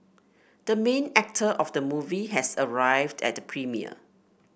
the main actor of the movie has arrived at the premiere